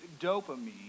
dopamine